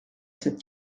cette